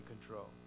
control